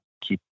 keep